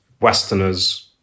Westerners